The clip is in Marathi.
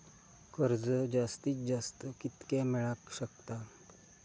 कर्ज जास्तीत जास्त कितक्या मेळाक शकता?